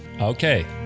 Okay